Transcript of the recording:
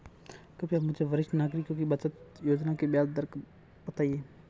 कृपया मुझे वरिष्ठ नागरिकों की बचत योजना की ब्याज दर बताएं